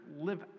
live